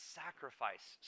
sacrifice